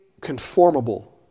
conformable